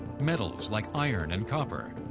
metals like iron and copper,